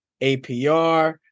APR